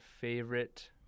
favorite